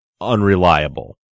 unreliable